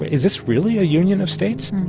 is this really a union of states?